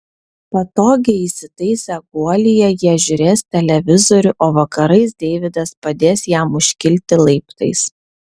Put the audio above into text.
patogiai įsitaisę guolyje jie žiūrės televizorių o vakarais deividas padės jam užkilti laiptais